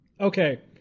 okay